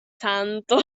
santo